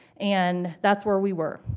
and that's where we were.